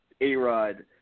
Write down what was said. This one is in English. A-Rod